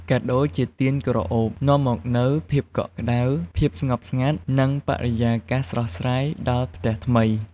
កាដូរជាទៀនក្រអូបនាំមកនូវ ភាពកក់ក្តៅ ភាពស្ងប់ស្ងាត់ និង បរិយាកាសស្រស់ស្រាយ ដល់ផ្ទះថ្មី។